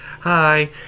hi